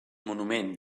monument